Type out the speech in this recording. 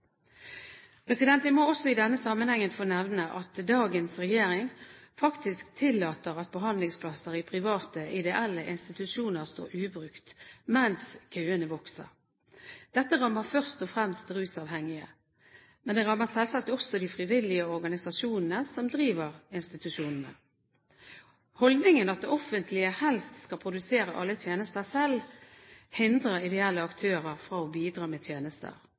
Jeg må også i denne sammenhengen få nevne at dagens regjering faktisk tillater at behandlingsplasser i private, ideelle institusjoner står ubrukt mens køene vokser. Dette rammer først og fremst rusavhengige. Men det rammer selvsagt også de frivillige organisasjonene som driver institusjonene. Holdningen at det offentlige helst skal produsere alle tjenester selv, hindrer ideelle aktører fra å bidra med tjenester.